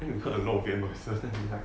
then we heard a lot of weird noises then we like